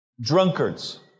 Drunkards